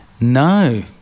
No